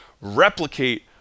Replicate